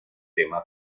tema